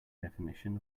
definition